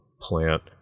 plant